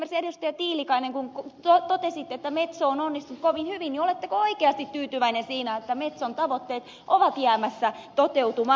tiilikaiselta kun totesitte että metso on onnistunut kovin hyvin oletteko oikeasti tyytyväinen siihen että metson tavoitteet ovat jäämässä toteutumatta